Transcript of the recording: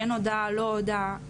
כן הודאה לא הודאה,